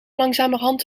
langzamerhand